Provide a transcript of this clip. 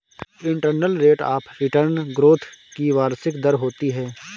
internal rate of return growth की वार्षिक दर होती है